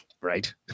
Right